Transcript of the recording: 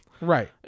right